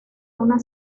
una